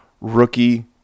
rookie